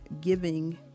giving